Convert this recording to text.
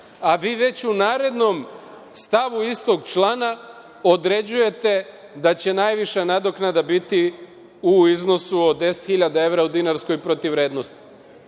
A, vi već u narednom stavu istog člana određujete da će najviša nadoknada biti u iznosu od 10.000 evra u dinarskoj protivvrednosti